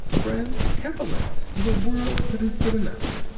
friend, capellette is a world that has given up.